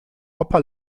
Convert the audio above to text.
opa